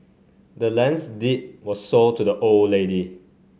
the land's deed was sold to the old lady